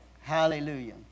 Hallelujah